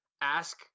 Ask